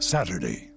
Saturday